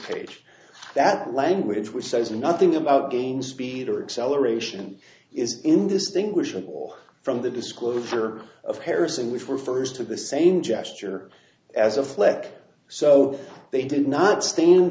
page that language which says nothing about game speed or acceleration is indistinguishable from the disclosure of harrison which refers to the same gesture as a fleck so they did not stand